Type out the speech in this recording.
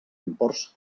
imports